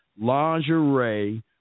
lingerie